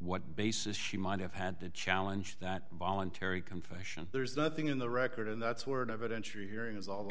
what basis she might have had to challenge that voluntary confession there's nothing in the record and that's where an evidentiary hearing is all